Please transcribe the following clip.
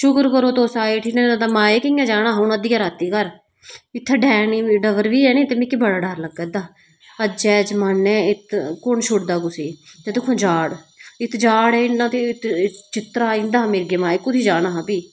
शुकर करो तुस आई गै नेईं ते माए कि'यां जाना हा हून अद्धी रातीं घर फ्ही इत्थै डबर बी है नी मिगी बड़ा डर लगा दा अज्जे दे जमाने च कु'न छोडदा कुसै गी दिक्खो हा जाड़ इत्थै जाड़े गी इन्ने चिरे गी चितरा आई जंदा मिंट गै माए कुत्थै जाना हा फ्ही